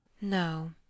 No